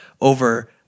over